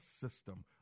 system